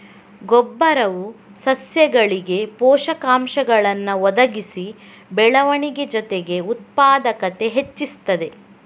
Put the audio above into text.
ಗೊಬ್ಬರವು ಸಸ್ಯಗಳಿಗೆ ಪೋಷಕಾಂಶಗಳನ್ನ ಒದಗಿಸಿ ಬೆಳವಣಿಗೆ ಜೊತೆಗೆ ಉತ್ಪಾದಕತೆ ಹೆಚ್ಚಿಸ್ತದೆ